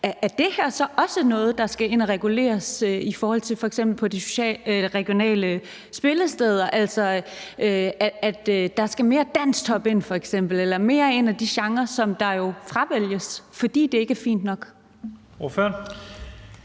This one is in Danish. om det her så også er noget, der skal reguleres, f.eks. i forhold til de regionale spillesteder, altså at der f.eks. skal mere dansktop ind dér eller mere af de genrer, som jo fravælges, fordi det ikke er fint nok. Kl.